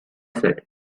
said